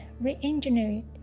re-engineered